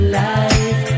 life